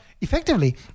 effectively